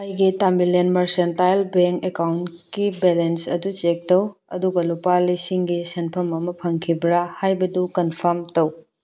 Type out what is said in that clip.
ꯑꯩꯒꯤ Tamilnad mercantile bank ꯑꯦꯀꯥꯎꯟꯀꯤ balance ꯑꯗꯨ ꯆꯦꯛ ꯇꯧ ꯑꯗꯨꯒ ꯂꯨꯄꯥ ꯂꯤꯁꯤꯡꯒꯤ ꯁꯦꯟꯐꯝ ꯑꯃ ꯐꯪꯈꯤꯕ꯭ꯔꯥ ꯍꯥꯏꯕꯗꯨ ꯀꯝꯐꯥꯝ ꯇꯧ